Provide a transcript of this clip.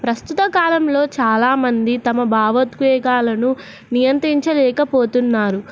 ప్రస్తుత కాలంలో చాలామంది తమ భావోద్వేగాలను నియంత్రించలేకపోతున్నారు